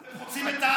אתם חוצים את העם.